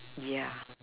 yeah